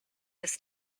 this